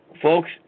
Folks